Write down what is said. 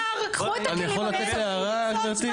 אני יכול לתת הערה, גברתי?